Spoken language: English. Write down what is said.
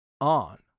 on